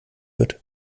wird